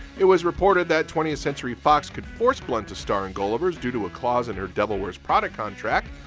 it was reported that twentieth century fox could force blunt to star in gulliver's due to a clause in her devil wears prada contract,